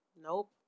Nope